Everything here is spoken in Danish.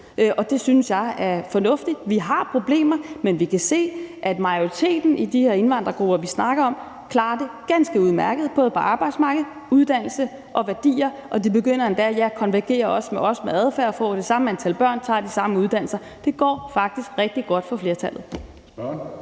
Det synes jeg er fornuftigt. Vi har problemer, men vi kan se, at majoriteten af de her indvandrergrupper, vi snakker om, klarer det ganske udmærket både på arbejdsmarkedet og med hensyn til uddannelse og værdier, og ja, de begynder endda også at konvergere med os i forhold til adfærd og får det samme antal børn og tager de samme uddannelser. Det går faktisk rigtig godt for flertallet.